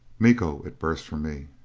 miko! it burst from me.